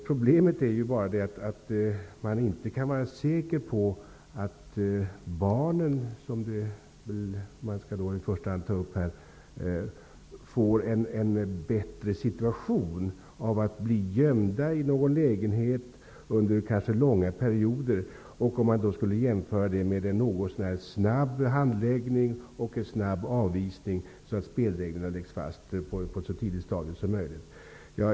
Problemet är att man inte kan vara säker på att barnen, som det i första hand är fråga om, får en bättre situation av att bli gömda i en lägenhet under kanske långa perioder. Man kan jämföra detta med en något så när snabb handläggning och en snabb avvisning där spelreglerna läggs fast på ett så tidigt stadium som möjligt.